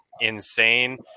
insane